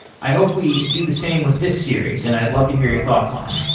i hope we do the same with this series, and i'd love to hear your thoughts on it.